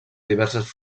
diverses